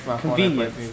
convenience